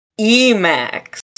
EMAX